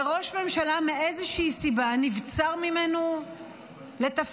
וראש ממשלה, מאיזושהי סיבה, נבצר ממנו לתפקד,